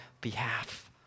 behalf